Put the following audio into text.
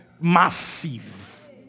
massive